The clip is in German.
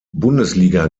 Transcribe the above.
bundesliga